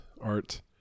art